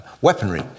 weaponry